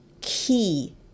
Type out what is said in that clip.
key